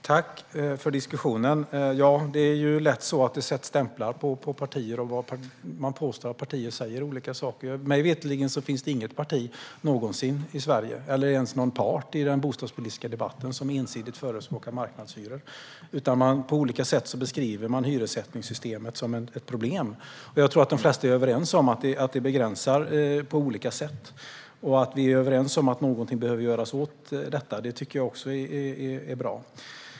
Herr talman! Jag vill tacka för diskussionen. Det sätts lätt stämplar på partier, och man påstår att partier säger olika saker. Mig veterligen finns det inget parti i Sverige eller ens någon part i den bostadspolitiska debatten som någonsin har förespråkat marknadshyror ensidigt. Man beskriver, på olika sätt, hyressättningssystemet som ett problem. Jag tror att de flesta är överens om att det begränsar på olika sätt. Att vi är överens om att någonting behöver göras åt detta är bra.